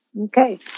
Okay